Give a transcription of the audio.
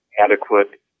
adequate